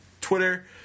Twitter